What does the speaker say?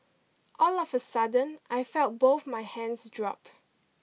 all of a sudden I felt both my hands drop